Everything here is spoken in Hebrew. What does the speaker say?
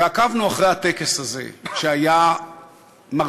ועקבנו אחר הטקס הזה, שהיה מרטיט.